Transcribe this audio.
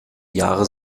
jahre